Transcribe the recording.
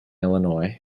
illinois